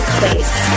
place